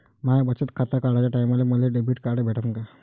माय बचत खातं काढाच्या टायमाले मले डेबिट कार्ड भेटन का?